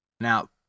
Now